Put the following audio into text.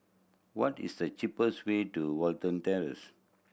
what is the cheapest way to Watten Terrace